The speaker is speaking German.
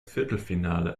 viertelfinale